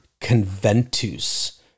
conventus